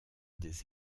des